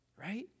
Right